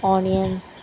onions